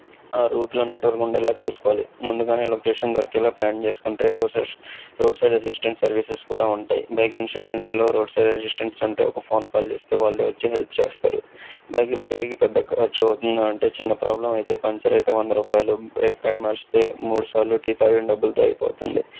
ఆ రూట్లో నెట్వర్క్ ఉండేలా చూసుకోవాలి ముందుగానే లోకేషన్ దొరికేలా ప్లాన్ చేసుకుంటే రోడ్ సైడ్ అసిస్టెంట్స్ సర్వీసెస్ కూడా ఉంటాయి బైక్ ఇన్సూరెన్స్లో రోడ్ సైడ్ అసిస్టెంట్స్ ఉంటాయి ఒక ఫోన్ కాల్ చేస్తే వాళ్ళే వచ్చి హెల్ప్ చేస్తారు బైక్ రిపేర్కి పెద్ద ఖర్చు అవుతుందా అంటే చిన్న ప్రాబ్లమ్ అయితే పంక్చర్ అయితే వంద రూపాయలు బ్రేక్ ప్యాడ్ మారిస్తే మూడుసార్లు టీ తాగిన డబ్బులతో అయిపోతుంది